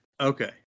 Okay